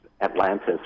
Atlantis